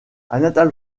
anatole